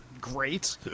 great